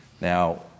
Now